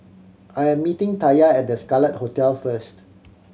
I am meeting Taya at The Scarlet Hotel first